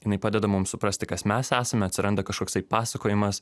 jinai padeda mums suprasti kas mes esame atsiranda kažkoksai pasakojimas